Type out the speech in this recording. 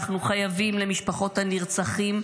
אנחנו חייבים למשפחות הנרצחים,